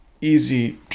easy